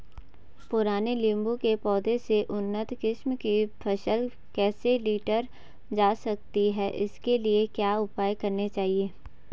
पुराने नीबूं के पौधें से उन्नत किस्म की फसल कैसे लीटर जा सकती है इसके लिए क्या उपाय करने चाहिए?